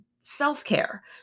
self-care